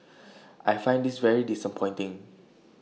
I find this very disappointing